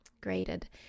graded